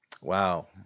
wow